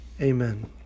Amen